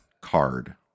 card